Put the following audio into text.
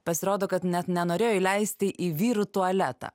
pasirodo kad net nenorėjo įleisti į vyrų tualetą